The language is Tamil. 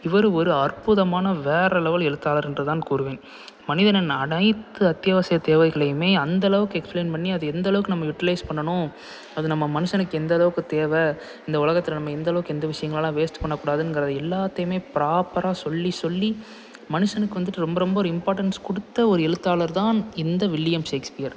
இவர் ஒரு அற்புதமான வேற லெவல் எழுத்தாளர் என்று தான் கூறுவேன் மனிதனின் அனைத்து அத்தியாவசிய தேவைகளையும் அந்தளவுக்கு எக்ஸ்பிளைன் பண்ணி அது எந்தளவுக்கு நம்ம யூடிலைஸ் பண்ணணும் அது நம்ம மனுஷனுக்கு எந்தளவுக்கு தேவை இந்த உலகத்தில் நம்ம எந்தளவுக்கு எந்த விஷயங்களலாம் வேஸ்ட் பண்ண கூடாதுங்கிறதை எல்லாத்தையும் ப்ராப்பராக சொல்லி சொல்லி மனுஷனுக்கு வந்துவிட்டு ரொம்ப ரொம்ப ஒரு இம்பார்டன்ட்ஸ் கொடுத்த ஒரு எழுத்தாளர் தான் இந்த வில்லியம் ஷேக்ஸ்பியர்